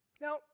Now